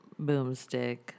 Boomstick